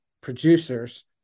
producers